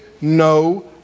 No